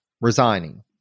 resigning